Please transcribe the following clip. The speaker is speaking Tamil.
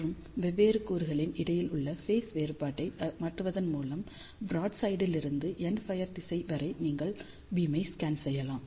மற்றும் வெவ்வேறு கூறுகளுக்கு இடையில் உள்ள ஃபேஸ் வேறுபாட்டை மாற்றுவதன் மூலம் ப்ராட்சைட் லிருந்து எண்ட்ஃபயர் திசை வரை நீங்கள் பீமை ஸ்கேன் செய்யலாம்